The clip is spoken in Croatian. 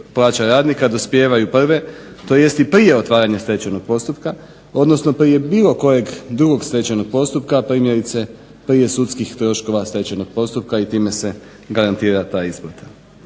plaća radnika dospijevaju prve tj. i prije otvaranja stečajnog postupka odnosno prije bilo kojeg drugog stečajnog postupka primjerice prije sudskih troškova stečajnog postupka i time se garantira ta isplata.